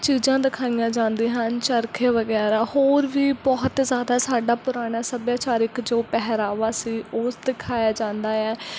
ਚੀਜ਼ਾਂ ਦਿਖਾਈਆਂ ਜਾਂਦੀਆਂ ਹਨ ਚਰਖੇ ਵਗੈਰਾ ਹੋਰ ਵੀ ਬਹੁਤ ਜ਼ਿਆਦਾ ਸਾਡਾ ਪੁਰਾਣਾ ਸੱਭਿਆਚਾਰਿਕ ਜੋ ਪਹਿਰਾਵਾ ਸੀ ਉਹ ਦਿਖਾਇਆ ਜਾਂਦਾ ਹੈ